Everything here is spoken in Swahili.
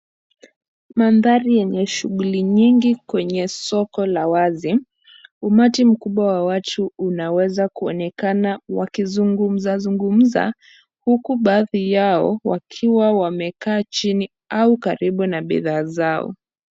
Maandhari yenye shughuli nyingi kwenye soko la wazi. Umati mkubwa wa watu unaweza kuonekana wakizungumza zungumza huku baadhi yao wakiwa wamekaa chini au karibu na bidhaa zao.